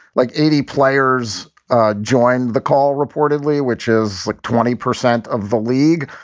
like eighty players join the call reportedly, which is like twenty percent of the league.